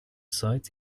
site